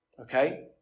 okay